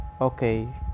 Okay